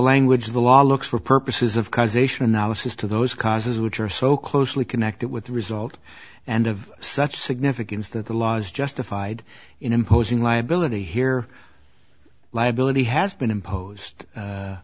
language of the law looks for purposes of causation analysis to those causes which are so closely connected with the result and of such significance that the laws justified in imposing liability here liability has been impos